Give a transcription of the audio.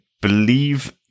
believe